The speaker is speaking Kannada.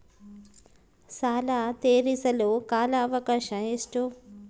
ಸಾಲ ತೇರಿಸಲು ಕಾಲ ಅವಕಾಶ ಎಷ್ಟು?